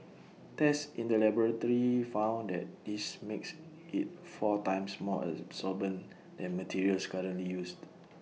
tests in the laboratory found that this makes IT four times more absorbent than materials currently used